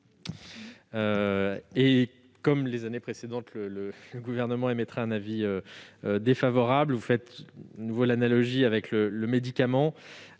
Comme les années précédentes, le Gouvernement émettra un avis défavorable. Vous dressez de nouveau une analogie avec le médicament,